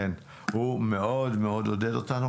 הוא מאוד מאוד עודד אותנו,